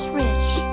rich